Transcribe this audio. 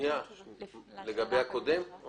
אני